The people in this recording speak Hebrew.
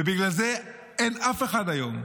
ובגלל זה אין אף אחד היום,